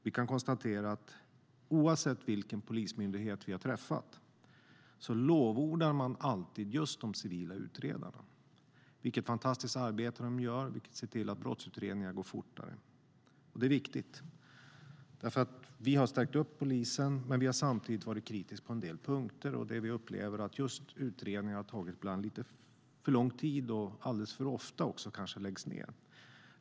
Vi kan konstatera att oavsett vilken polismyndighet vi har träffat lovordar man alltid de civila utredarna, vilket fantastiskt arbete de gör och att de ser till att brottsutredningar går fortare. Det är viktigt. Vi har nämligen stärkt upp polisen men samtidigt varit kritiska på en del punkter, och vi upplever att just utredningar ibland har tagit lite för lång tid - och kanske alldeles för ofta också lagts ned.